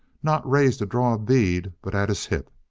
not raised to draw a bead, but at his hip.